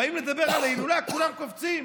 באים לדבר על ההילולה, וכולם קופצים.